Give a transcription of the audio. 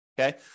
okay